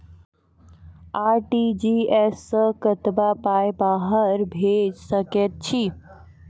RTGS सअ कतबा पाय बाहर भेज सकैत छी?